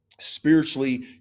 spiritually